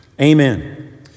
Amen